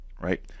right